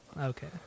Okay